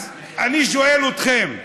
אז אני שואל אתכם,